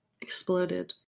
exploded